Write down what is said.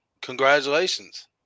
Congratulations